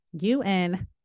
UN